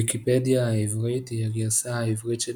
ויקיפדיה העברית היא הגרסה העברית של